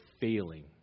failing